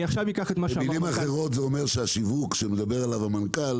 במלים אחרות זה אומר שהשיווק שמדבר עליו המנכ"ל,